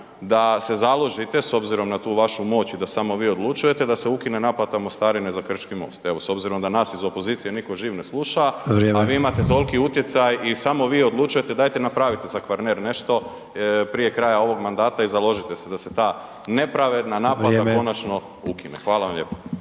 da se založite s obzirom na tu vašu moć i da samo vi odlučujete, da se ukine naplata mostarine za Krčki most, evo s obzirom da nas iz opozicije nitko živ ne sluša, a vi imate toliki utjecaj i samo vi odlučujete, dajte napravite za Kvarner nešto prije kraja ovog mandata i založite se da se ta nepravedna naplata konačno ukine. Hvala vam lijepo.